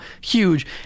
huge